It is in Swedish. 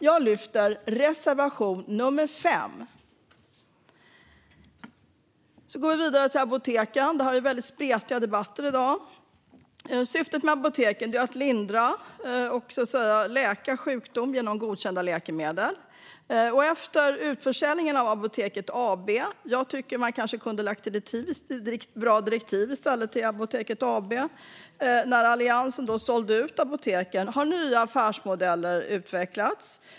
Jag yrkar bifall till reservation nummer 5. Då går vi vidare till apoteken - det är väldigt spretiga debatter i dag. Syftet med apoteken är att man ska lindra och så att säga läka sjukdom genom godkända läkemedel. Jag tycker att man kanske kunde ha gett bra direktiv till Apoteket AB i stället för att göra utförsäljningen. Efter att Alliansen sålt ut apoteken har nya affärsmodeller utvecklats.